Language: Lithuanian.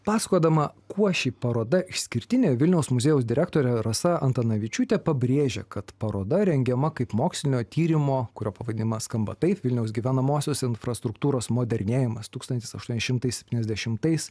pasakodama kuo ši paroda išskirtinė vilniaus muziejaus direktorė rasa antanavičiūtė pabrėžė kad paroda rengiama kaip mokslinio tyrimo kurio pavadinimas skamba taip vilniaus gyvenamosios infrastruktūros modernėjimas tūkstantis aštuoni šimtai septyniasdešimtais